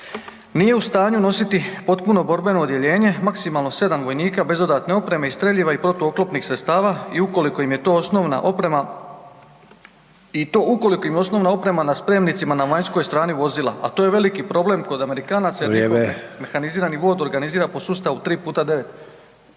Nije u stanju nositi potpuno borbeno odjeljenje, maksimalno 7 vojnika bez dodatne opreme i streljiva i protuoklopnih sredstava i ukoliko im je to osnovna oprema i to ukoliko im je osnovna oprema na spremnicima na vanjskoj strani vozila, a to je veliki problem kod Amerikanaca jer …/Upadica: Vrijeme./… njihov mehanizirani vod organizira po sustavu 3 puta 9.